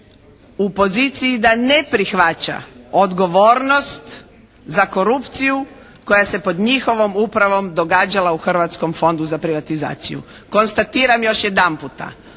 u poziciji da ne prihvaća odgovornost za korupciju koja se pod njihovom upravom događala u Hrvatskom fondu za privatizaciju. Konstatiram još jedanputa,